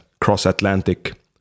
cross-Atlantic